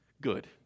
Good